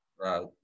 Right